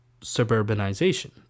suburbanization